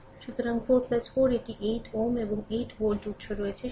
সুতরাং 4 4 এটি 8Ω এবং 8 ভোল্ট উত্স রয়েছে